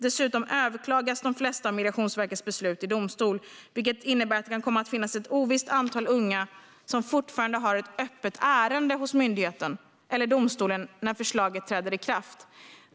Dessutom överklagas de flesta av Migrationsverkets beslut i domstol, vilket innebär att det kan komma att finnas ett ovisst antal unga som fortfarande har ett öppet ärende hos myndigheten eller domstolen när förslaget träder i kraft.